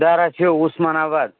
Dharashiv Osmanabad